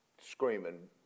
screaming